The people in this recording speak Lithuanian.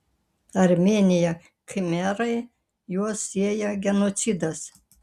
armėnija khmerai juos sieja genocidas